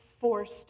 forced